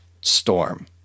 Storm